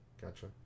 gotcha